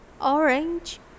orange